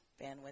bandwidth